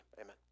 amen